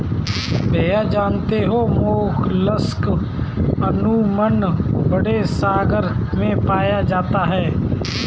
भैया जानते हैं मोलस्क अमूमन बड़े सागर में पाए जाते हैं